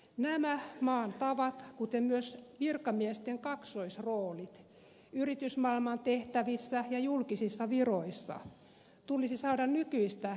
nämä maan tavat kuten myös virkamiesten kaksoisroolit yritysmaailman tehtävissä ja julkisissa viroissa tulisi saada nykyistä läpinäkyvämmiksi